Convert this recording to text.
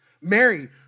Mary